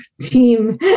team